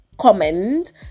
comment